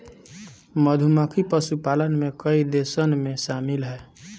मधुमक्खी पशुपालन में कई देशन में शामिल ह